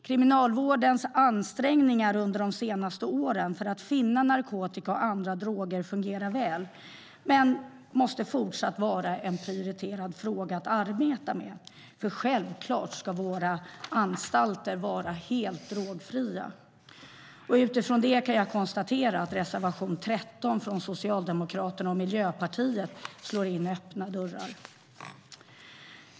Kriminalvårdens ansträngningar under de senaste åren för att finna narkotika och andra droger fungerar väl, men detta måste fortsatt vara en prioriterad fråga att arbeta med. Det är självklart att våra anstalter ska vara helt drogfria. Utifrån det kan jag konstatera att reservation 13 från Socialdemokraterna och Miljöpartiet slår in öppna dörrar.